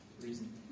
reason